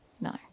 No